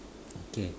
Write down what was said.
okay